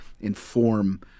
inform